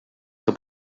que